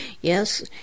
Yes